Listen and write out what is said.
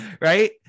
right